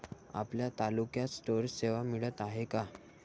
आपल्या तालुक्यात स्टोरेज सेवा मिळत हाये का?